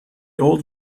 old